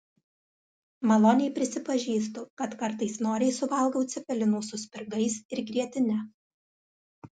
maloniai prisipažįstu kad kartais noriai suvalgau cepelinų su spirgais ir grietine